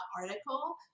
article